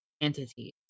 entities